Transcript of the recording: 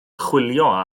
chwilio